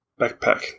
backpack